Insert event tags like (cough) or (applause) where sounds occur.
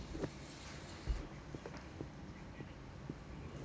(breath)